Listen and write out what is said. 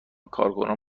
کارکنان